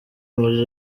muri